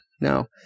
No